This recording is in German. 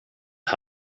ein